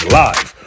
live